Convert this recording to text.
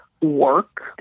work